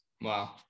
Wow